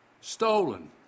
stolen